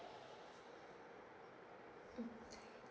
mm